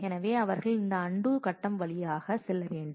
எனவே அவர்கள் அந்த அன்டூ கட்டம் வழியாக செல்ல வேண்டும்